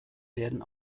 werden